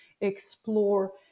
explore